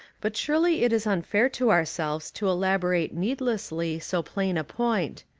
but surely it is unfair to ourselves to elaborate needlessly so plain a point.